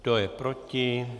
Kdo je proti?